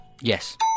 Yes